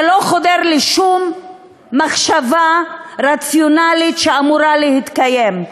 זה לא חודר לשום מחשבה רציונלית שאמורה להתקיים.